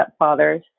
stepfathers